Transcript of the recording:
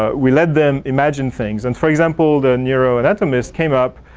ah we let them imagine things. and for example, the neuroanatomist came up,